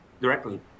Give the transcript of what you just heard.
directly